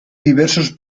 diversos